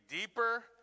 deeper